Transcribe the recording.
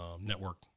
network